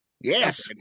Yes